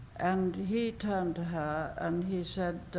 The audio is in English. and he turned to her, and he said,